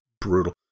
brutal